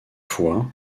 fois